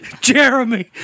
Jeremy